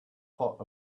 thought